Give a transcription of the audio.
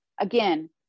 again